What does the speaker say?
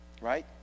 right